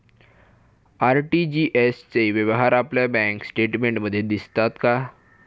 RTGS चे व्यवहार आपल्या बँक स्टेटमेंटमध्ये दिसतात का?